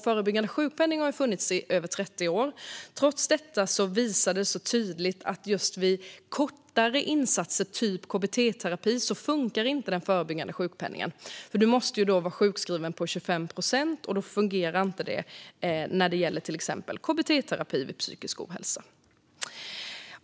Förebyggande sjukpenning har funnits i 30 år. Trots det visar rapporten tydligt att vid kortare insatser såsom kbt-terapi funkar inte den förebyggande sjukpenningen. Man måste vara sjukskriven på 25 procent, och det fungerar inte när det gäller till exempel kbt-terapi vid psykisk ohälsa.